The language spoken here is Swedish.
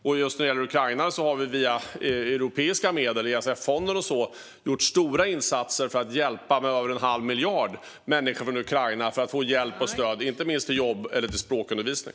Just när det gäller Ukraina har vi via europeiska medel, alltså ESF-fonden och sådant, gjort stora insatser med över en halv miljard kronor för att hjälpa människor från Ukraina att få hjälp och stöd och inte minst jobb eller språkundervisning.